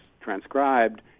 transcribed